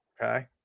Okay